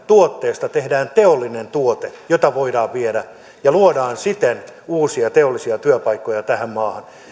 tuotteista tehdään teollisia tuotteita joita voidaan viedä ja luotaisiin siten uusia teollisia työpaikkoja tähän maahan